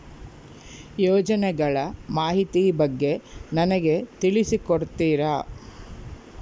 ಯೋಜನೆಗಳ ಮಾಹಿತಿ ಬಗ್ಗೆ ನನಗೆ ತಿಳಿಸಿ ಕೊಡ್ತೇರಾ?